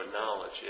knowledge